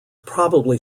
probably